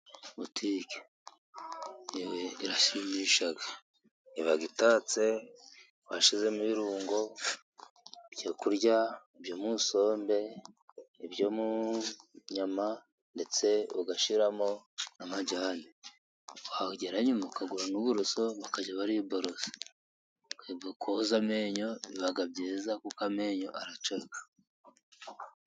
Butike yewe irashimisha, ibagitatse, bashizemo ibirungo, ibyo kurya byo musombe, ibyo mu nyama, ndetse bashyiramo amajyane, wageranyuma ukagura ubuso bakajya bariboroza, twe dukoza amenyo biba byiza kuko amenyo aracya.